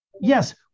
Yes